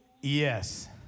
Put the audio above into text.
Yes